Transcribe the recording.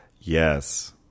Yes